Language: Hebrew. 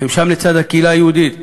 הם שם לצד הקהילה היהודית,